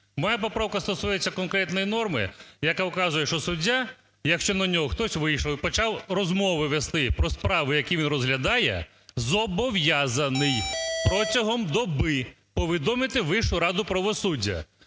Моя поправка стосується конкретної норми, яка вказує, що суддя, якщо на нього хтось вийшов і почав розмови вести про справи, які він розглядає, зобов'язаний протягом доби повідомити Вищу раду правосуддя.